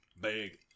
Big